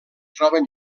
troben